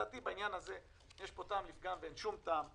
בעניין הזה יש פה טעם לפגם, ואין שום טעם בכך.